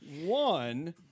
One